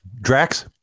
Drax